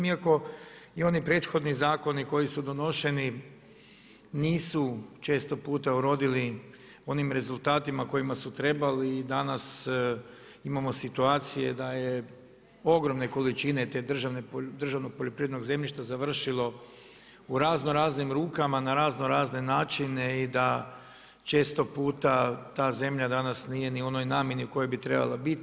Iako i one prethodni zakoni koji su donošeni, nisu često puta urodili onim rezultatima kojima su trebali i danas imamo situacije da je ogromne količine te državnog poljoprivrednog zemljišta završilo u razno raznim rukama na razno razne načine i da često puta ta zemlja nije ni u onoj namjeni u kojoj bi trebala biti.